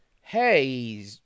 hey